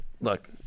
Look